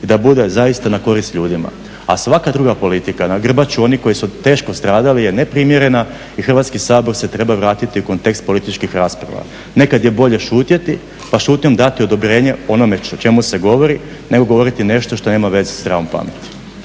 i da bude zaista na korist ljudima. A svaka druga politika na grbaču onih koji su teško stradali je neprimjerena i Hrvatski sabor se treba vratiti u kontekst političkih rasprava. Nekada je bolje šutjeti pa šutnjom dati odobrenje onome o čemu se govori nego govoriti nešto što nema veze sa zdravom pameti.